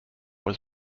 was